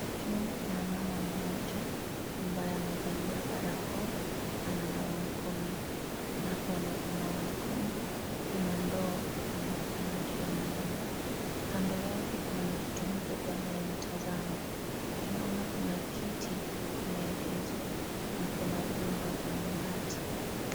Tunaona kuna mama moja ambaye amevalia barakoa ananawa mkono na hapo anaponawa mkono kuna ndoo ambapo maji yanaenda, kando yake kuna mtoto mdogo anayemtazama, tunaona kuna kiti kimeegeshwa na kuna vyumba vya mabati.